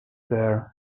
there